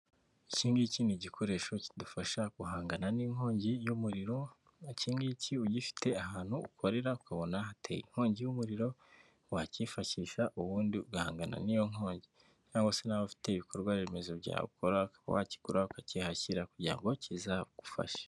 Icyi ngicyi ni igikoresho kidufasha guhangana n'inkongi y'umuriro, icyingicyi ugifite ahantu ukorera ukabona hateye inkongi y'umuriro, wacyifashisha ubundi ugahangana n'iyo nkongi. cyangwa se nawe ufite ibikorwa remezo ukora ukaba wakigura ukakihashyira kugirango kizagufashe.